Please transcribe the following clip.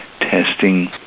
testing